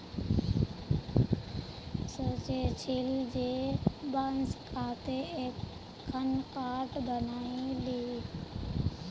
सोचे छिल जे बांस काते एकखन खाट बनइ ली